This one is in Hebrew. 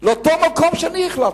באשקלון לאותו מקום שאני החלטתי.